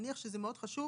נניח שזה מאוד חשוב